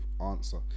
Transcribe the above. answer